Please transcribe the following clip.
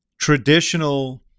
traditional